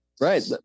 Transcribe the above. Right